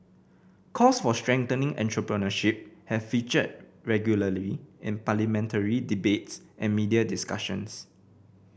calls for strengthening entrepreneurship have featured regularly in parliamentary debates and media discussions